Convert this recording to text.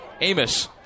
Amos